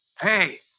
Hey